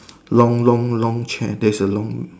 long long long chair there's a long